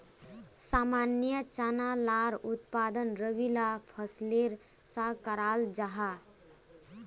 सामान्य चना लार उत्पादन रबी ला फसलेर सा कराल जाहा